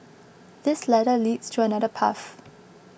this ladder leads to another path